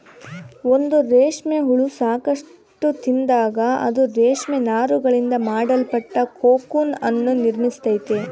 ಒಂದು ರೇಷ್ಮೆ ಹುಳ ಸಾಕಷ್ಟು ತಿಂದಾಗ, ಅದು ರೇಷ್ಮೆ ನಾರುಗಳಿಂದ ಮಾಡಲ್ಪಟ್ಟ ಕೋಕೂನ್ ಅನ್ನು ನಿರ್ಮಿಸ್ತೈತೆ